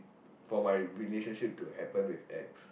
for my relationship to happen with ex